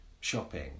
shopping